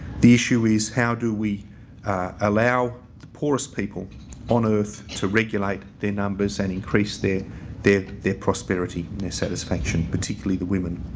the issue is, how do we allow the poorest people on earth to regulate their numbers and increase their their prosperity and their satisfaction particularly the women?